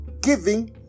giving